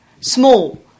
small